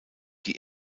die